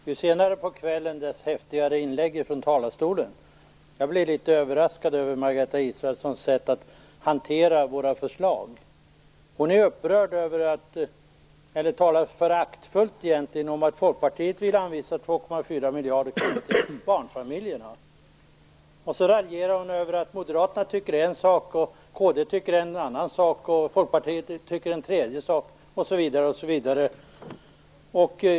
Herr talman! Ju senare på kvällen det är desto häftigare blir inläggen från talarstolen. Jag blev litet överraskad över Margareta Israelssons sätt att hantera våra förslag. Hon talar föraktfullt om att Folkpartiet vill anvisa 2,4 miljarder kronor till barnfamiljerna. Sedan raljerar hon över att Moderaterna tycker en sak, kd en annan sak och Folkpartiet en tredje sak, osv.